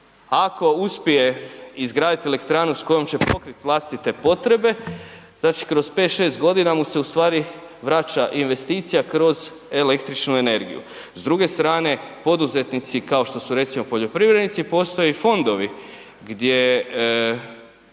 ako uspije izgraditi elektranu s kojom će pokriti vlastite potrebe znači kroz 5, 6 godina mu se u stvari vraća investicija kroz električnu energiju. S druge strane poduzetnici kao što su recimo poljoprivrednici postoje fondovi gdje